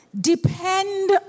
Depend